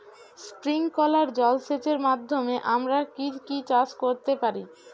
Sprinkler জলসেচের মাধ্যমে আমরা কি কি চাষ করতে পারি?